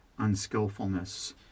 unskillfulness